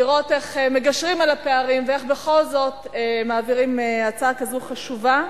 לראות איך מגשרים על הפערים ואיך בכל זאת מעבירים הצעה כזאת חשובה,